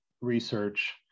research